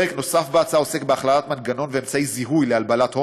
פרק נוסף בהצעה עוסק בהכללת מנגנון ואמצעי זיהוי להלבנת הון,